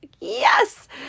Yes